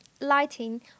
lighting